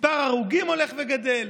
מספר ההרוגים הולך וגדל,